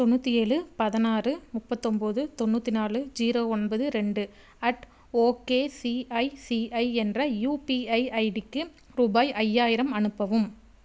தொண்ணூற்றி ஏழு பதினாறு முப்பத்தொம்போது தொண்ணூற்றி நாலு ஜீரோ ஒன்பது ரெண்டு அட் ஓகேசிஐசிஐ என்ற யுபிஐ ஐடிக்கு ரூபாய் ஐயாயிரம் அனுப்பவும்